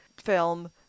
film